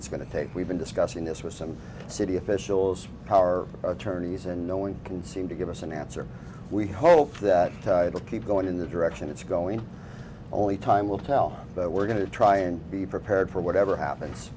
it's going to take we've been discussing this with some city officials our attorneys and no one can seem to give us an answer we hope that it will keep going in the direction it's going only time will tell that we're going to try and be prepared for whatever happens